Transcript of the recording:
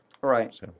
right